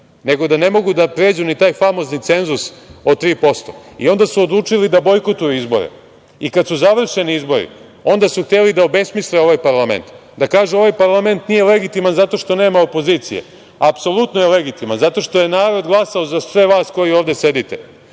nego da ne mogu da pređu ni taj famozni cenzus od 3%. I onda su odlučili da bojkotuju izbore. I kad su završeni izbori, onda su hteli da obesmisle ovaj parlament, da kažu da ovaj parlament nije legitiman zato što nema opozicije. Apsolutno je legitiman, zato što je narod glasao za sve vas koji ovde sedite,